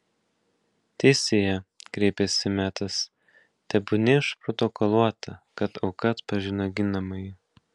teisėja kreipėsi metas tebūnie užprotokoluota kad auka atpažino ginamąjį